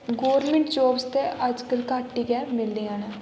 government jobs ते अज्जकल घट्ट गै मिलदियां न